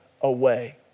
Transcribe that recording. away